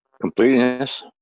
Completeness